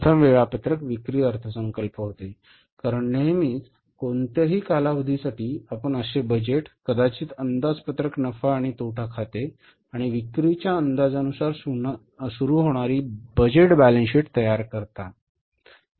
प्रथम वेळापत्रक विक्री अर्थसंकल्प होते कारण नेहमीच कोणत्याही कालावधीसाठी आपण असे बजेट कदाचित अंदाजपत्रक नफा आणि तोटा खाते आणि विक्रीच्या अंदाजानुसार सुरू होणारी बजेट बॅलन्स शीट तयार करता